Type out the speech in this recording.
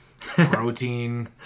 Protein